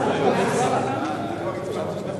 הנושא בסדר-היום של הכנסת נתקבלה.